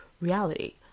reality